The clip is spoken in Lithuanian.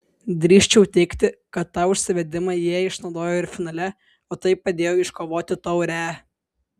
drįsčiau teigti kad tą užsivedimą jie išnaudojo ir finale o tai padėjo iškovoti taurę